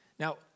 Now